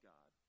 God